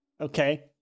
Okay